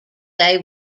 day